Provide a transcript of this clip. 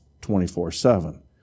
24-7